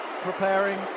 preparing